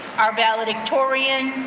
our valedictorian,